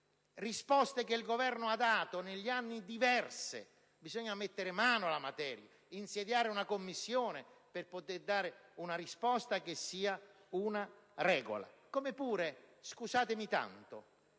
diverse che il Governo ha dato negli anni. Bisogna mettere mano alla materia; insediare una commissione per poter dare una risposta che sia una regola. Abbiamo giustamente